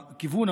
הכיוון,